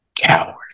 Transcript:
coward